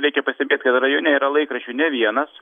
reikia pastebėt kad rajone yra laikraščių ne vienas